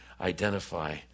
identify